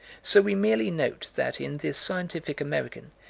so we merely note that in the scientific american,